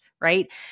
Right